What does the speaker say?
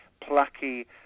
plucky